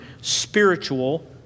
spiritual